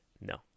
No